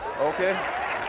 okay